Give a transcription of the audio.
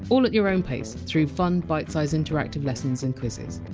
all at your own pace through fun bitesize interactive lessons and quizzes.